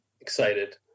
excited